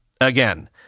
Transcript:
again